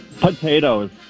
Potatoes